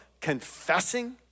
confessing